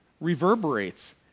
reverberates